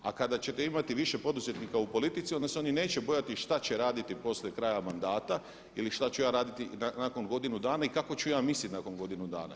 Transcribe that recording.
A kada ćete imati više poduzetnika u politici onda se oni neće bojati šta će raditi poslije kraja mandata ili šta ću ja raditi nakon godinu dana i kako ću ja misliti nakon godinu dana.